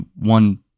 One